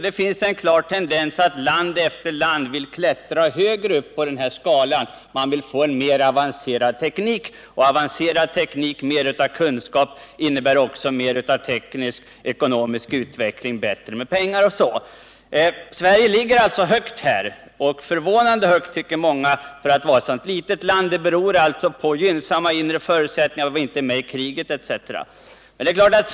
Det finns en klar tendens till att land efter land vill högre upp på skalan. Man vill få en alltmer avancerad teknik, vilket ger teknisk-ekonomisk utveckling, pengar osv. Sverige ligger, trots att det är ett så litet land, förvånansvärt högt på skalan. Detta beror på exempelvis gynnsamma inre förutsättningar och det förhållandet att vi inte utstått något krig på länge.